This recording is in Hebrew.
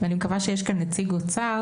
ואני מקווה שיש כאן נציג של האוצר